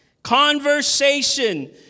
Conversation